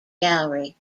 gallery